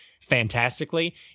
fantastically